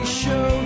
show